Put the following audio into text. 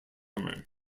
summer